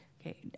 Okay